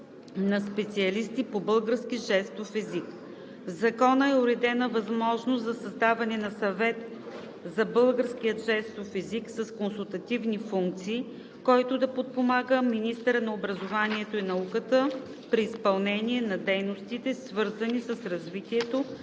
на специалисти по български жестов език. В Закона е уредена възможност за създаване на Съвет за българския жестов език с консултативни функции, който да подпомага министъра на образованието и науката при изпълнение на дейностите, свързани с развитието